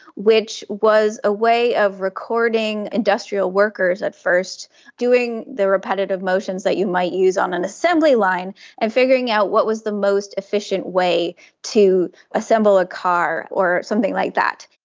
which was a way of recording industrial workers at first doing the repetitive motions that you might use on an assembly line and figuring out what was the most efficient way to assemble a car or something like that.